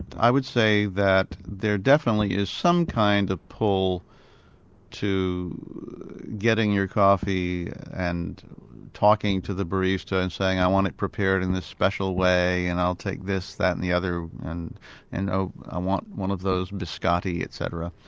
i would say that there definitely is some kind of pull to getting your coffee and talking to the barista and saying i want it prepared this special way, and i'll take this, that and the other, and and ah i want one of those biscotti' etc.